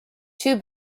too